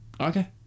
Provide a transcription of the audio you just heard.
Okay